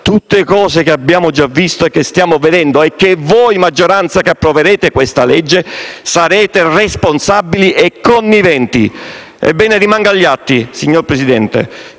tutte cose che abbiamo già visto e che stiamo vedendo, di cui voi senatori di maggioranza che approverete questo disegno di legge sarete responsabili e conniventi. Ebbene, rimanga agli atti, signor Presidente,